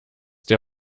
der